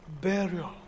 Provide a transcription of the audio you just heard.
burial